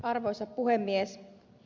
arvoisa puhemies